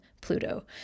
Pluto